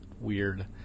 weird